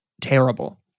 terrible